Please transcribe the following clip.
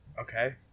Okay